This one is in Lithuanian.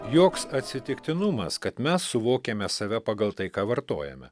joks atsitiktinumas kad mes suvokiame save pagal tai ką vartojame